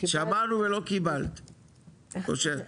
שמענו ולא קיבלת אני חושב.